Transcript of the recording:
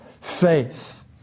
faith